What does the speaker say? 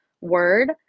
word